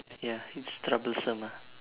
ya it's troublesome ah